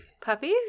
puppies